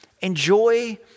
enjoy